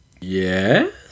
Yes